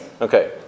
okay